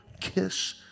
kiss